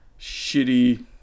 shitty